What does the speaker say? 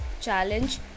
challenge